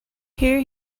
here